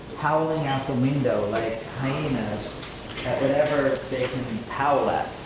howling out the window like hyenas at whatever they can howl at.